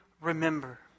remember